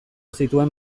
zituen